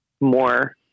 more